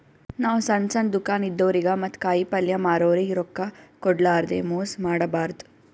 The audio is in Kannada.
ನಾವ್ ಸಣ್ಣ್ ಸಣ್ಣ್ ದುಕಾನ್ ಇದ್ದೋರಿಗ ಮತ್ತ್ ಕಾಯಿಪಲ್ಯ ಮಾರೋರಿಗ್ ರೊಕ್ಕ ಕೋಡ್ಲಾರ್ದೆ ಮೋಸ್ ಮಾಡಬಾರ್ದ್